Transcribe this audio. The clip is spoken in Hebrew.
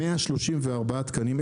134 תקנים,